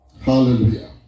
Hallelujah